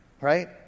right